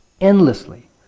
Endlessly